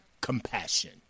compassion